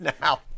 now